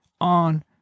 on